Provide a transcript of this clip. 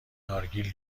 نارگیل